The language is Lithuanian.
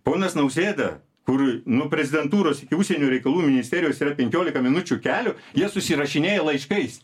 ponas nausėda kur nuo prezidentūros iki užsienio reikalų ministerijos ya penkiolika minučių kelio jie susirašinėja laiškais